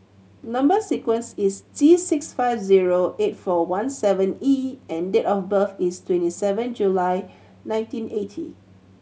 number sequence is T six five zero eight four one seven E and date of birth is twenty seven July nineteen eighty